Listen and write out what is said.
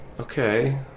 okay